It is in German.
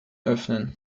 öffnen